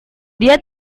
dia